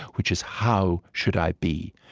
which is, how should i be?